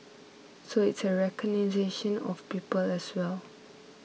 so it's a recognition of people as well